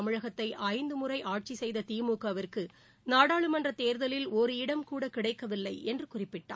தமிழகத்தை ஐந்து முறை ஆட்சி செய்த திமுகவிற்கு நாடாளுமன்ற தேர்தலில் ஒரு இடம் கூட கிடைக்கவில்லை என்று குறிப்பிட்டார்